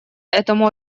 этому